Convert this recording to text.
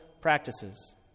practices